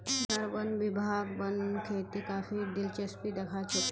बिहार वन विभाग वन खेतीत काफी दिलचस्पी दखा छोक